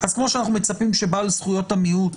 אז כמו שאנחנו מצפים שבעל זכויות המיעוט